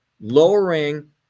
lowering